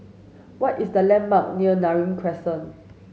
what is the landmark near Neram Crescent